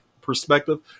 perspective